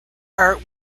art